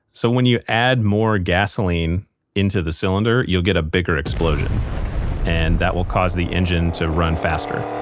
so when you add more gasoline into the cylinder, you'll get a bigger explosion and that will cause the engine to run faster. oh,